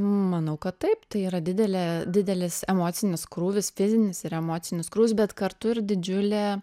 manau kad taip tai yra didelė didelis emocinis krūvis fizinis ir emocinis krūvis bet kartu ir didžiulė